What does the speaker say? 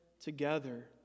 together